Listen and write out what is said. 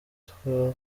ahitwa